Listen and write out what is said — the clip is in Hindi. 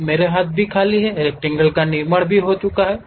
अब मेरे हाथ भी खाली हैं रक्टैंगल का निर्माण किया गया है